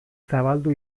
zabaldu